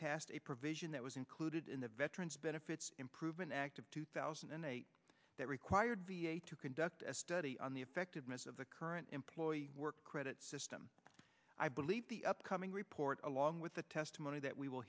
passed a provision that was included in the veterans benefits improvement act of two thousand and eight that required to conduct a study on the effectiveness of the current employee work credit system i believe the upcoming report along with the testimony that we will